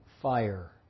fire